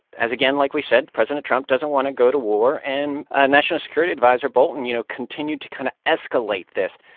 as again, like we said, president trump doesn't want to go to war, and ah national security adviser bolton, you know, continued to kind of escalate this.